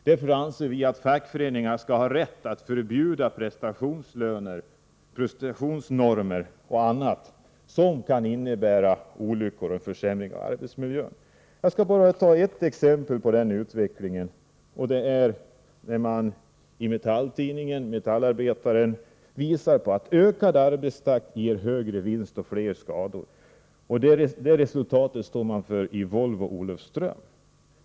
Därför anser vi att fackföreningarna skall ha rätt att förbjuda prestationslöner, prestationsnormer och annat som kan leda till olyckor och försämring av arbetsmiljön. Jag skall ge ett exempel på utvecklingen och hänvisar då till Metalls tidning Metallarbetaren, där man visar på att ökad arbetstakt ger högre vinst och fler skador. Det resultatet står Volvo i Olofström för.